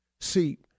See